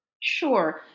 sure